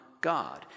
God